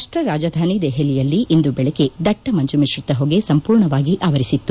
ರಾಷ್ಷ ರಾಜಧಾನಿ ದೆಹಲಿಯಲ್ಲಿ ಇಂದು ಬೆಳಗ್ಗೆ ದಟ್ಟ ಮಂಜು ಮಿಶ್ರಿತ ಹೊಗೆ ಸಂಪೂರ್ಣವಾಗಿ ಆವರಿಸಿತ್ತು